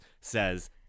says